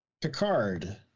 Picard